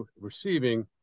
receiving